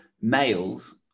males